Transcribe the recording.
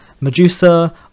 medusa